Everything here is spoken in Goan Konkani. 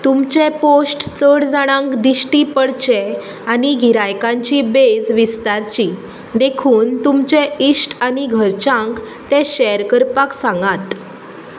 तुमचे पोश्ट चड जाणांक दिश्टी पडचे आनी गिरायकांची बेज विस्तारची देखून तुमचे इश्ट आनी घरच्यांक ते शॅर करपाक सांगात